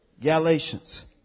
Galatians